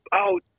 out